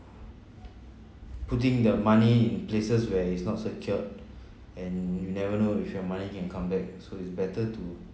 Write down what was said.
putting the money in places where it's not secured and you never know if your money you can come back so it's better to